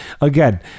again